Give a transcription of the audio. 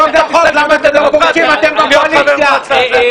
אתם בקואליציה.